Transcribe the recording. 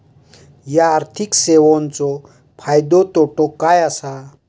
हया आर्थिक सेवेंचो फायदो तोटो काय आसा?